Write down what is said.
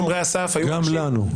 גם לנו.